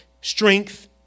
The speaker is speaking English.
Strength